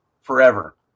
forever